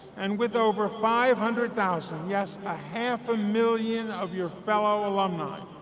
and with over five hundred thousand yes, a half a million of your fellow alumni.